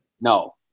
no